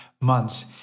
months